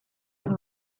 und